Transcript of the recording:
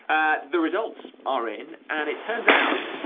and the results are in, and it turns out.